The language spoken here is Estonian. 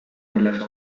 milles